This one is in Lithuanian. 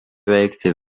veikti